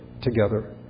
together